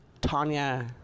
Tanya